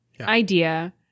idea